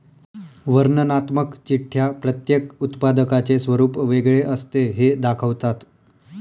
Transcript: वर्णनात्मक चिठ्ठ्या प्रत्येक उत्पादकाचे स्वरूप वेगळे असते हे दाखवतात